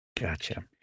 Gotcha